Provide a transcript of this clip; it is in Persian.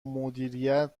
مدیریت